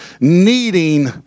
needing